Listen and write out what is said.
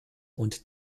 und